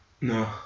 No